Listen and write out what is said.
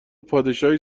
پادشاهی